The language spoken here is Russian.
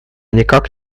никак